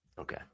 Okay